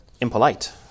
impolite